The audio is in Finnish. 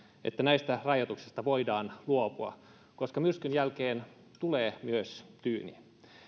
että näistä rajoituksista voidaan luopua koska myrskyn jälkeen tulee myös tyyni